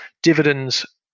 Dividends